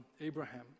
Abraham